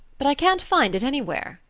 but i can't find it anywhere.